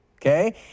Okay